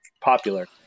popular